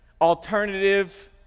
alternative